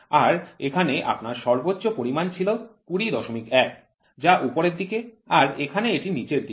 আর এখানে আপনার সর্বোচ্চ পরিমাণ ছিল ২০১ যা উপরের দিকের আর এখানে এটি নীচের দিকে